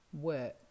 work